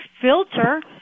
filter